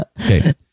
Okay